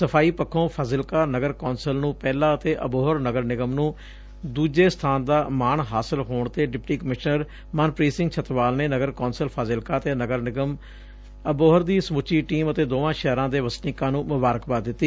ਸਫ਼ਾਈ ਪੱਖੋ ਫਾਜ਼ਿਲਕਾ ਨਗਰ ਕੌਸ਼ਿਲ ਨੰ ਪਹਿਲਾ ਅਤੇ ਅਬੋਹਰ ਨਗਰ ਨਿਗਮ ਨੰ ਦੁਜੇ ਸਥਾਨ ਦਾ ਮਾਣ ਹਾਸਿਲ ਹੋਣ ਤੇ ਡਿਪਟੀ ਕਮਿਸ਼ਨਰ ਮਨਪ੍ਰੀਤ ਸਿੰਘ ਛੱਤਵਾਲ ਨੇ ਨਗਰ ਕੌਸ਼ਲ ਫਾਜ਼ਿਲਕਾ ਅਤੇ ਨਗਰ ਨਿਗਮ ਦੀ ਸਸੁੱਚੀ ਟੀਮ ਅਤੇ ਦੋਵੇ ਸ਼ਹਿਰਾਂ ਦੇ ਵਸਨੀਕਾਂ ਨੂੰ ਮੁਬਾਰਕਬਾਦ ਦਿੱਤੀ